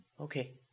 Okay